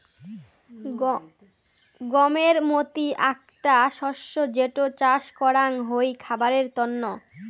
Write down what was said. গমের মতি আকটা শস্য যেটো চাস করাঙ হই খাবারের তন্ন